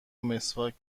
مسواک